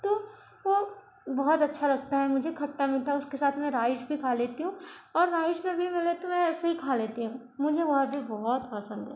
तो वह बहुत अच्छा लगता है मुझे खट्टा मीठा उसके साथ में राइस भी खा लेती हूँ और राइस नहीं भी मिले तो मैं ऐसे ही खा लेती हूँ मुझे वह भी बहुत पसंद है